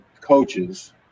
coaches